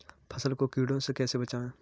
फसल को कीड़ों से कैसे बचाएँ?